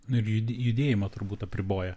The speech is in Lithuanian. nu ir ju judėjimą turbūt apriboja